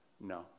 no